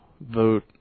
vote